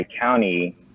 County